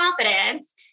confidence